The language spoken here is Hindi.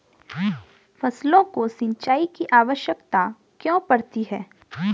फसलों को सिंचाई की आवश्यकता क्यों पड़ती है?